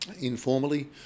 informally